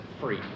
free